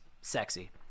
sexy